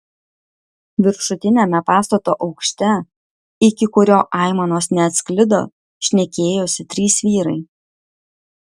viršutiniame pastato aukšte iki kurio aimanos neatsklido šnekėjosi trys vyrai